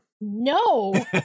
No